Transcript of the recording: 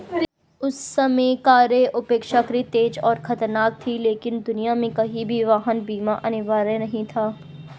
उस समय कारें अपेक्षाकृत तेज और खतरनाक थीं, लेकिन दुनिया में कहीं भी वाहन बीमा अनिवार्य नहीं था